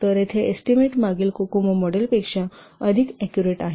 तरयेथे एस्टीमेट मागील कोकमो मॉडेलपेक्षा अधिक ऍक्युरेट आहेत